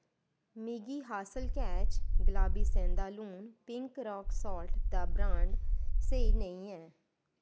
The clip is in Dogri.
मिगी हासल कैच गलाबी सेंधा लून पिंक राक साल्ट दा ब्रांड स्हेई नेईं ऐ